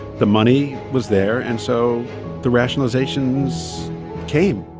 the money was there, and so the rationalizations came